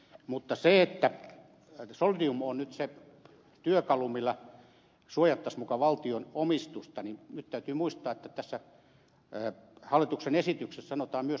mutta siinä että solidium on nyt se työkalu jolla suojattaisiin muka valtion omistusta nyt täytyy muistaa että tässä hallituksen esityksessä sanotaan myöskin että se voi myöskin myydä niitä